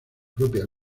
propia